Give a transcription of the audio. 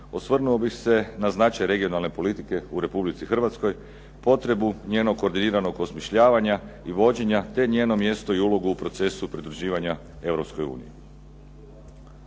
osvrnuo bih se na značaj regionalne politike, u Republici Hrvatskoj, potrebu njenog koordiniranog osmišljavanja i vođenja te njeno mjesto i ulogu u procesu pridruživanja